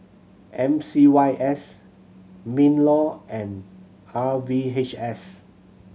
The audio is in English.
M C Y S MinLaw and R V H S